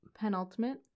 penultimate